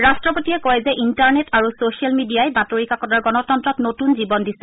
ৰট্টপতিয়ে কয় যে ইণ্টাৰনেট আৰু ছচিয়েল মিডিয়াই বাতৰি কাকতৰ গণতন্ত্ৰত নতুন জীৱন দিছে